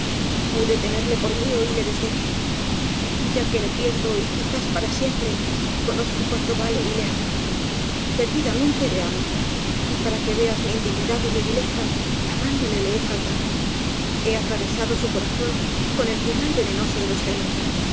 pude tenerle por mío y le desdeñé ya que le pierdo y quizás para siempre conozco cuánto vale y le amo perdidamente le amo y para que veas mi indignidad y mi vileza amándole le he faltado he atravesado su corazón con el puñal venenoso de los celos